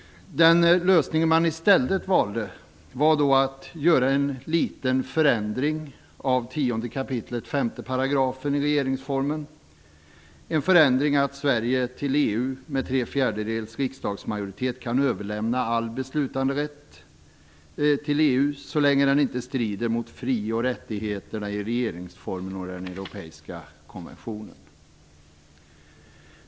Den lösning som man i stället valde var att göra en liten förändring i 10 kap. 5 § regeringsformen, innebärande att Sverige med en tre fjärdedels riksdagsmajoritet till EU kan överlämna all beslutanderätt så länge den inte strider mot fri och rättigheterna i regeringsformen och den europeiska konventionen.